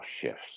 shifts